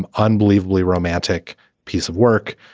um unbelievably romantic piece of work.